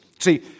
See